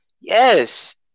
Yes